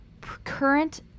current